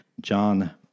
John